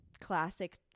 classic